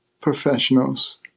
professionals